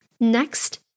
Next